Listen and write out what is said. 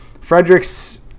Fredericks